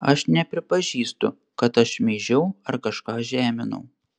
aš nepripažįstu kad aš šmeižiau ar kažką žeminau